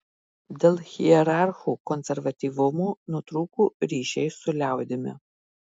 dėl hierarchų konservatyvumo nutrūko ryšiai su liaudimi